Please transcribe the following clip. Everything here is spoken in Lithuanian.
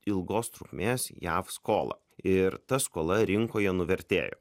ilgos trukmės jav skolą ir ta skola rinkoje nuvertėjo